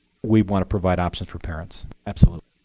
we want to provide options for parents, absolutely.